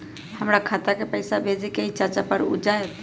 हमरा खाता के पईसा भेजेए के हई चाचा पर ऊ जाएत?